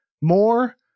more